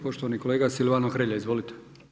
Poštovani kolega Silvano Hrelja, izvolite.